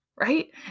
Right